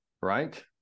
right